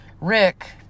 Rick